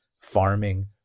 farming